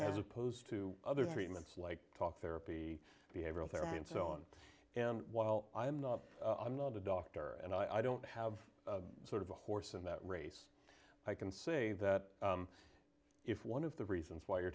as opposed to other treatments like talk therapy behavioral therapy and so on and while i'm not i'm not a doctor and i don't have sort of a horse in that race i can say that if one of the reasons why you're